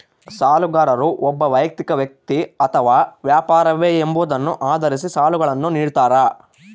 ಸಾಲಗಾರರು ಒಬ್ಬ ವೈಯಕ್ತಿಕ ವ್ಯಕ್ತಿ ಅಥವಾ ವ್ಯಾಪಾರವೇ ಎಂಬುದನ್ನು ಆಧರಿಸಿ ಸಾಲಗಳನ್ನುನಿಡ್ತಾರ